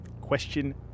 question